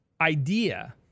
idea